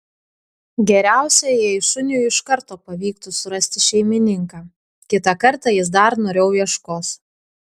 geriausia jei šuniui iš karto pavyktų surasti šeimininką kitą kartą jis dar noriau ieškos